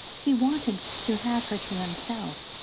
he wanted to have her to himself,